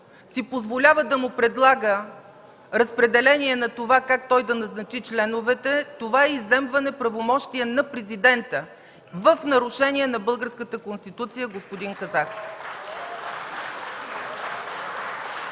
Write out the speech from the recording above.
си позволява да му предлага разпределение как той да назначи членовете, това е изземване на правомощия на президента, в нарушение на Българската конституция, господин Казак.